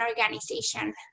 organization